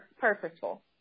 purposeful